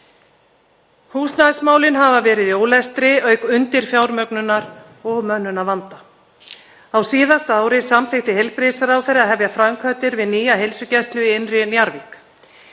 Húsnæðismálin hafa verið í ólestri auk undirfjármögnunar og mönnunarvanda. Á síðasta ári samþykkti heilbrigðisráðherra að hefja framkvæmdir við nýja heilsugæslu í Innri-Njarðvík.